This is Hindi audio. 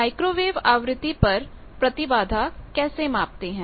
माइक्रोवेव आवृत्ति पर प्रतिबाधा कैसे मापते हैं